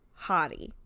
Hottie